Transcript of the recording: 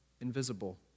invisible